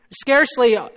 scarcely